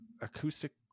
acoustic